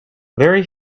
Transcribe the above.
very